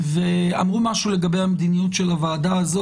ואמרו משהו לגבי המדיניות של הוועדה הזו